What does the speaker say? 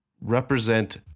represent